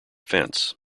fence